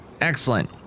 Excellent